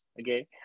Okay